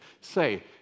say